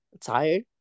tired